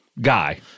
guy